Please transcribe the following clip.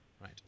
Right